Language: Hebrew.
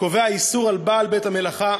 קובע איסור על בעל בית-מלאכה,